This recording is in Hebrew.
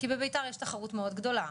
כי בביתר יש תחרות מאוד גדולה,